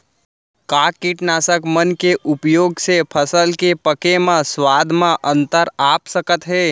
का कीटनाशक मन के उपयोग से फसल के पके म स्वाद म अंतर आप सकत हे?